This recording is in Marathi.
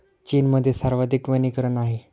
चीनमध्ये सर्वाधिक वनीकरण आहे